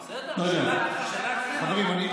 חברים,